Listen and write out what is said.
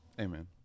Amen